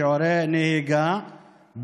שיעורי הנהיגה,